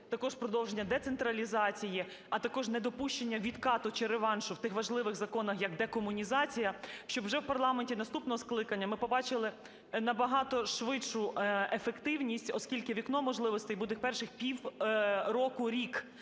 також продовження децентралізації, а також недопущення відкату, чи реваншу, в тих важливих законах, як декомунізація, щоб вже в парламенті наступного скликання ми побачили набагато швидшу ефективність, оскільки вікно можливостей буде перших півроку-рік.